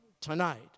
tonight